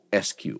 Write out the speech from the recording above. SQ